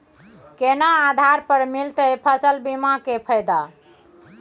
केना आधार पर मिलतै फसल बीमा के फैदा?